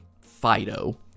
FIDO